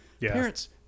Parents